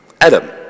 Adam